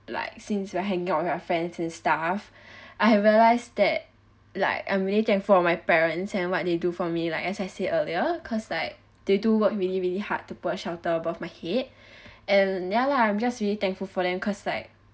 like since you are hanging out with your friends and stuff I have realised that like I'm really thankful of my parents and what they do for me like as I said earlier cause like they do work really really hard to put a shelter above my head and ya lah I'm just really thankful for them cause like